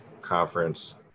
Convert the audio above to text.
conference